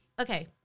okay